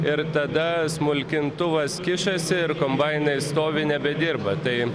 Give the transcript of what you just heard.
ir tada smulkintuvas kišasi ir kombainai stovi nebedirba tai